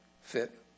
fit